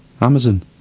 Amazon